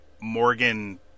Morgan